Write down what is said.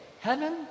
heaven